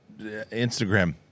Instagram